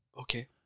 okay